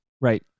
Right